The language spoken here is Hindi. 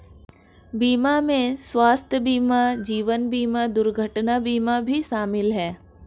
बीमा में स्वास्थय बीमा जीवन बिमा दुर्घटना बीमा भी शामिल है